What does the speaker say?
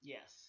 Yes